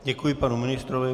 Děkuji panu ministrovi.